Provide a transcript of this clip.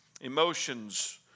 Emotions